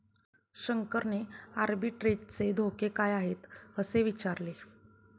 शंकरने आर्बिट्रेजचे धोके काय आहेत, असे विचारले